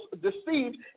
deceived